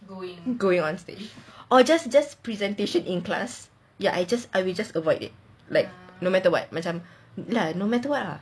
going on stage or just just presentation in class ya I just I will just avoid it like no matter what macam ya no matter what ah